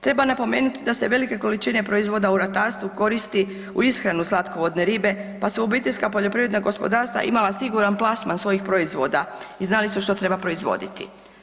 Treba napomenuti da se velike količine proizvoda u ratarstvu koristi u ishranu slatkovodne ribe pa su obiteljska poljoprivredna gospodarstva imala siguran plasman svojih proizvoda i znali su što treba proizvoditi.